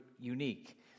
unique